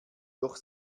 durch